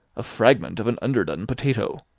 a fragment of an underdone potato.